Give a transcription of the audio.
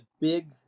big